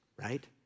right